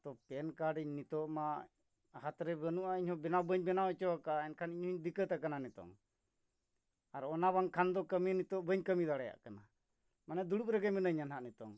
ᱛᱚ PAN card ᱤᱧ ᱱᱤᱛᱳᱜ ᱢᱟ ᱦᱟᱛᱨᱮ ᱵᱟᱹᱱᱩᱜᱼᱟ ᱤᱧᱦᱚᱸ ᱵᱮᱱᱟᱣ ᱵᱟᱹᱧ ᱵᱮᱱᱟᱣ ᱦᱚᱪᱚ ᱟᱠᱟᱫᱟ ᱮᱱᱠᱷᱟᱱ ᱤᱧ ᱦᱚᱸᱧ ᱫᱤᱠᱠᱷᱚᱛ ᱟᱠᱟᱱᱟ ᱱᱤᱛᱳᱜ ᱟᱨ ᱚᱱᱟ ᱵᱟᱝᱠᱷᱟᱱ ᱫᱚ ᱠᱟᱹᱢᱤ ᱱᱤᱛᱳᱜ ᱵᱟᱹᱧ ᱠᱟᱹᱢᱤ ᱫᱟᱲᱮᱭᱟᱜ ᱠᱟᱱᱟ ᱢᱟᱱᱮ ᱫᱩᱲᱩᱵ ᱨᱮᱜᱮ ᱢᱤᱱᱟᱹᱧᱟ ᱱᱟᱜ ᱱᱤᱛᱳᱜ